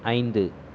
ஐந்து